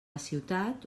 ciutat